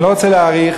אני לא רוצה להאריך.